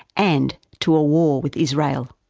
and to a war with israel.